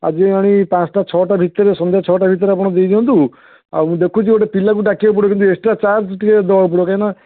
ଆଜି ଆଣି ପାଞ୍ଚଟା ଛଅଟା ଭିତରେ ସନ୍ଧ୍ୟା ଛଅଟା ଭିତରେ ଆପଣ ଦେଇ ଦିଅନ୍ତୁ ଆଉ ମୁଁ ଦେଖୁଛି ଗୋଟେ ପିଲାକୁ ଡ଼ାକିବାକୁ ପଡ଼ିବ କିନ୍ତୁ ଏକ୍ସଟ୍ରା ଚାର୍ଜ ଟିକେ ଦେବାକୁ ପଡ଼ିବ କାହିଁନା